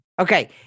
Okay